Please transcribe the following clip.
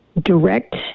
direct